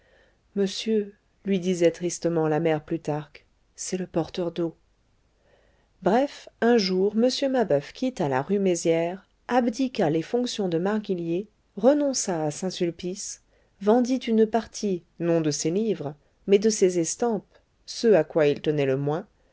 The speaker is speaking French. monsieur lui disait tristement la mère plutarque c'est le porteur d'eau bref un jour m mabeuf quitta la rue mézières abdiqua les fonctions de marguillier renonça à saint-sulpice vendit une partie non de ses livres mais de ses estampes ce à quoi il tenait le moins